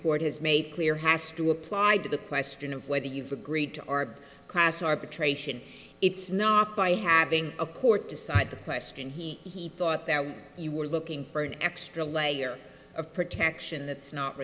court has made clear has to applied to the question of whether you've agreed to our class arbitration it's not by having a court decide my skin he thought that you were looking for an extra layer of protection that's not